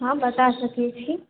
हँ बता सकै छी